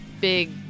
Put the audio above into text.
big